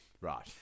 Right